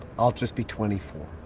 i'll just be twenty four.